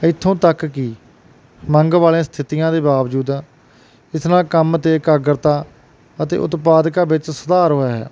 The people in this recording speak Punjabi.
ਇੱਥੋਂ ਤੱਕ ਕਿ ਮੰਗ ਵਾਲੀਆਂ ਸਥਿਤੀਆਂ ਦੇ ਬਾਵਜੂਦ ਇਸ ਨਾਲ ਕੰਮ 'ਤੇ ਇਕਾਗਰਤਾ ਅਤੇ ਉਤਪਾਦਕਤਾ ਵਿੱਚ ਸੁਧਾਰ ਹੋਇਆ ਹੈ